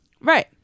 Right